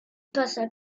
passa